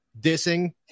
dissing